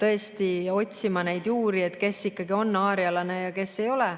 tõesti otsima neid juuri, kes ikkagi on aarjalane ja kes ei ole.